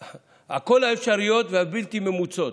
עם כל האפשרויות הבלתי-ממוצות.